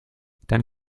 dann